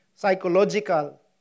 Psychological